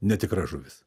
netikra žuvis